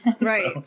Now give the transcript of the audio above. Right